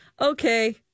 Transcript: Okay